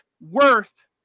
worth